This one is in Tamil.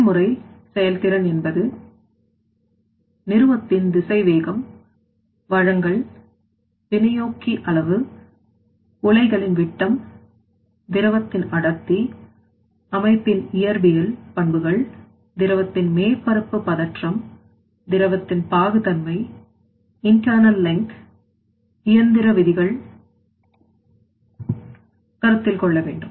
செயல்முறை செயல் திறன் என்பது நிறுவத்தின் திசைவேகம் வழங்கல் வினையூக்கி அளவு முலைகளின் விட்டம் திரவத்தின் அடர்த்தி அமைப்பின் இயற்பியல் பண்புகள் திரவத்தின் மேற்பரப்பு பதற்றம் திரவத்தின் பாகு தன்மை internal length இயந்திர விதிகள் கருத்தில் கொள்ள வேண்டும்